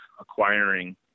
acquiring